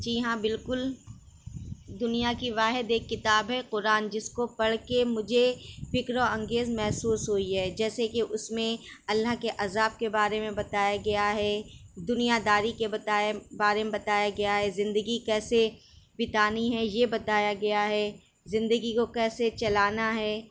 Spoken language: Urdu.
جی ہاں بالکل دنیا کی واحد ایک کتاب ہے قرآن جس کو پڑھ کے مجھے فکر و انگیز محسوس ہوئی ہے جیسے کہ اس میں اللہ کے عذاب کے بارے میں بتایا گیا ہے دنیا داری کے بتایم بارے میں بتایا گیا ہے زندگی کیسے بتانی ہے یہ بتایا گیا ہے زندگی کو کیسے چلانا ہے